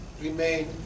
remain